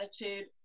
attitude